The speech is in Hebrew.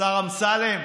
השר אמסלם,